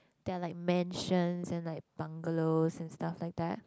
then like mansion and like bungalow and stuff like that